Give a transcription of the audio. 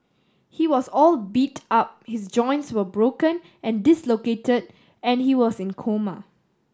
he was all beat up his joints were broken and dislocate and he was in coma